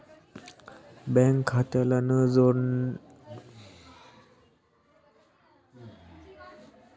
Bank खात्याला न जोडलेल्या नंबरवर यु.पी.आय द्वारे पैसे पाठवले तर ते पैसे कुठे जातात?